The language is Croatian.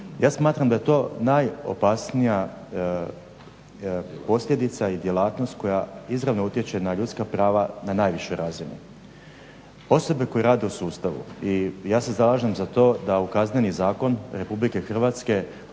Ja smatram da je to najopasnija posljedica i djelatnost koja izravno utječe na ljudska prava na najvišoj razini. Osobe koje rade u sustavu i ja se zalažem za to da u Kazneni zakon Republike Hrvatske